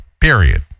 period